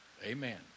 Amen